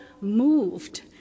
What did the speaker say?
moved